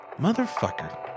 Motherfucker